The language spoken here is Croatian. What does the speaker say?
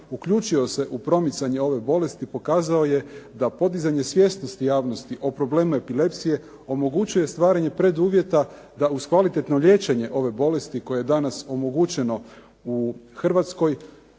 uključio se u promicanje ove bolesti, pokazao je da podizanje svjesnosti javnosti o problemu epilepsije omogućuje stvaranje preduvjeta da uz kvalitetno liječenje ove bolesti koje je danas omogućeno u Hrvatskoj,